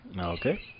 Okay